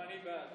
גם אני בעד.